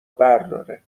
برداره